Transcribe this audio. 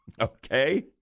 Okay